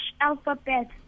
alphabet